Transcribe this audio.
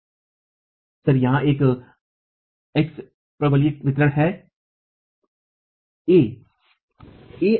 छात्र सर यहाँ एक्स परवलयिक वितरण है a है